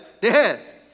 death